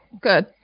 Good